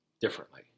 differently